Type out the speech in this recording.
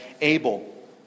Abel